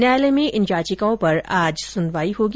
न्यायालय में इन याचिकाओं पर आज सुनवाई होगी